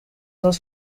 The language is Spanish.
dos